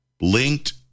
Linked